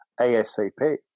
ASAP